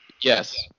Yes